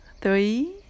Three